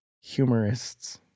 humorists